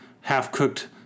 half-cooked